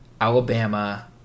Alabama